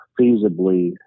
feasibly